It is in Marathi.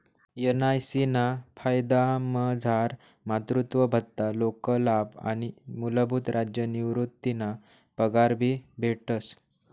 एन.आय.सी ना फायदामझार मातृत्व भत्ता, शोकलाभ आणि मूलभूत राज्य निवृतीना पगार भी भेटस